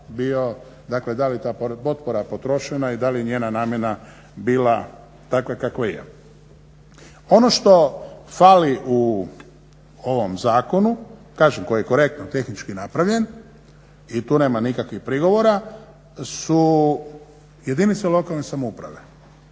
da li je ta potpora potrošena i da li je njena namjena bila takva kakva je. Ono što fali u ovom zakonu kažem koji je korektno tehnički napravljen i tu nema nikakvih prigovora su jedinice lokalne samouprave.